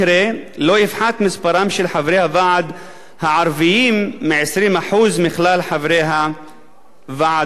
לא יפחת מספרם של חברי הוועד הערבים מ-20% מכלל חברי הוועד עצמו.